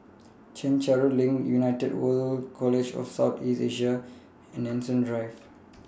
Chencharu LINK United World College of South East Asia and Nanson Drive